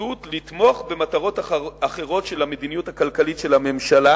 לתמוך במטרות אחרות של המדיניות הכלכלית של הממשלה,